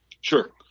Sure